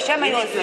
אז מצאנו את